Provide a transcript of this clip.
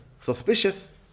suspicious